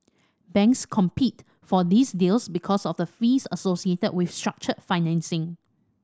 banks compete for these deals because of the fees associated with structured financing